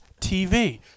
TV